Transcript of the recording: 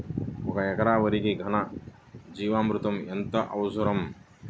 ఒక ఎకరా వరికి ఘన జీవామృతం ఎంత అవసరం?